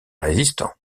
résistant